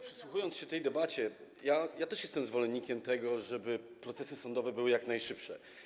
Przysłuchując się tej debacie, myślę, że też jestem zwolennikiem tego, żeby procesy sądowe były jak najszybsze.